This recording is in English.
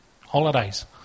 holidays